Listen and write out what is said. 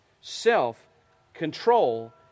self-control